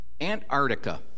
Antarctica